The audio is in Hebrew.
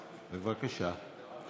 בבקשה.